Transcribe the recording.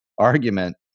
argument